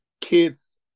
kids